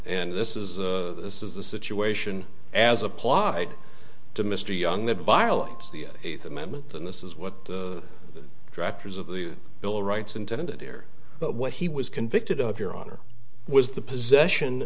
and this is this is the situation as applied to mr young that violates the eighth amendment and this is what the directors of the bill of rights intended here but what he was convicted of your honor was the possession